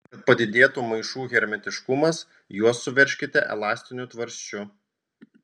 kad padidėtų maišų hermetiškumas juos suveržkite elastiniu tvarsčiu